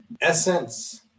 essence